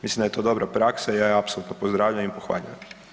Mislim da je to dobra praksa i ja je apsolutno pozdravljam i pohvaljujem.